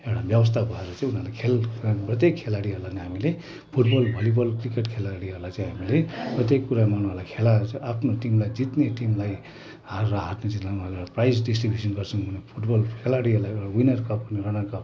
एउटा व्यवस्था भएर चाहिँ उनीहरूले खेल खेल्ने प्रत्येक खेलाडीहरूलाई हामीले football volleyball cricket खेलाडीहरूलाई चाहिँ हामीले प्रत्येक कुरामा उनीहरूलाई खेलाएर चाहिँ आफ्नो टिमलाई जित्ने टिमलाई हार र हार्नेलाई प्राइज डिस्ट्रिब्युसन गर्छौँ फुट बल खेलाडीहरूलाई एउटा विनर कप र रनर कप